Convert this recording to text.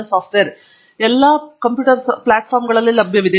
ಇದು ಎಲ್ಲಾ ಪ್ಲಾಟ್ಫಾರ್ಮ್ಗಳಲ್ಲಿ ಲಭ್ಯವಿದೆ